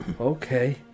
Okay